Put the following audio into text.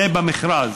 זה במכרז.